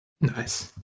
Nice